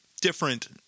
different